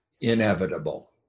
inevitable